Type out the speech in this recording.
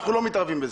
אנחנו לא מתערבים בזה.